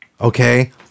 okay